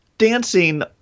dancing